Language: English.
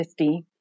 50